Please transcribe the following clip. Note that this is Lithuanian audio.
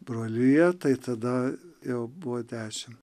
broliją tai tada jau buvo dešim